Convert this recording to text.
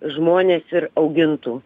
žmonės ir augintų